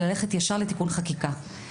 ישר לתיקון חקיקה.